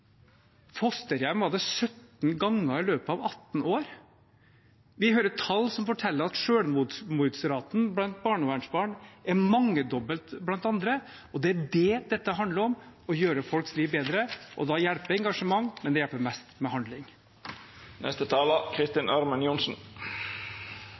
fosterhjem 17 ganger – var det vel – i løpet av 18 år. Vi hører tall som forteller at selvmordsraten blant barnevernsbarn er mangedobbel i forhold til det den er blant andre. Det er det dette handler om, å gjøre folks liv bedre, og da hjelper engasjement, men det hjelper mest med handling.